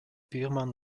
buurman